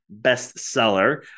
bestseller